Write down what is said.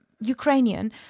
Ukrainian